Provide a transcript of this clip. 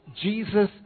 Jesus